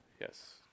Yes